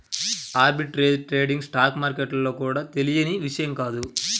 arbitrage trading stock మార్కెట్లలో కూడా తెలియని విషయం కాదు